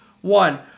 One